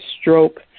stroke